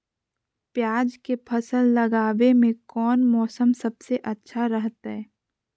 प्याज के फसल लगावे में कौन मौसम सबसे अच्छा रहतय?